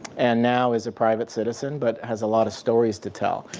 and now is a private citizen. but has a lot of stories to tell.